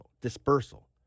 dispersal